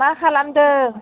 मा खालामदों